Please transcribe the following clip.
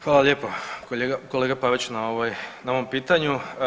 Hvala lijepo kolega Pavić na ovom pitanju.